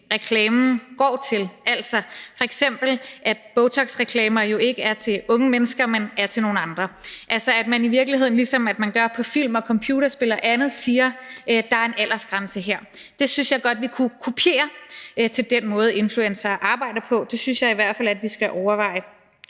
reklamen går til, altså f.eks. at botoxreklamer jo ikke er til unge mennesker, men er til nogle andre, altså at man i virkeligheden, ligesom man gør med film, computerspil og andet, siger, at der her er en aldersgrænse. Det synes jeg godt vi kunne kopiere til den måde, influencere arbejder på. Det synes jeg i hvert fald at vi skal overveje.